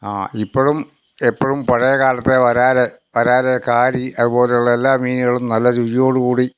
ആ ഇപ്പോഴും എപ്പോഴും പഴയകാലത്തെ വരാല് വരാല് കാരി അതുപോലുള്ള എല്ലാ മീനുകളും നല്ല രുചിയോടു കൂടി